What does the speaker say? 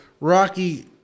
Rocky